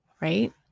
right